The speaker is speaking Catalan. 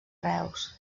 reus